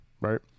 right